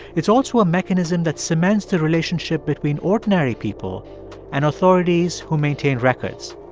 it's also a mechanism that cements the relationship between ordinary people and authorities who maintain records.